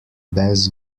bass